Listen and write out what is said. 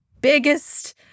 biggest